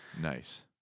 Nice